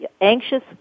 Anxious